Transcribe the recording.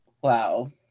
Wow